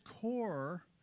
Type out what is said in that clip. core